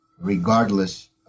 regardless